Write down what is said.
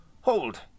Hold